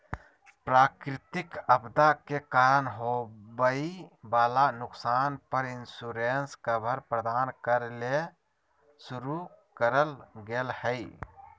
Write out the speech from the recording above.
प्राकृतिक आपदा के कारण होवई वला नुकसान पर इंश्योरेंस कवर प्रदान करे ले शुरू करल गेल हई